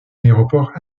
aéroport